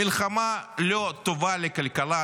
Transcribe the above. המלחמה לא טובה לכלכלה.